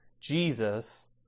Jesus